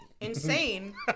insane